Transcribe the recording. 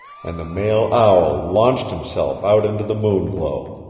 and the male owl launched himself out into the moon glow.